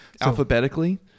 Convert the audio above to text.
Alphabetically